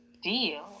deal